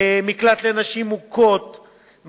מקלט לנשים מוכות,